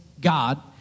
God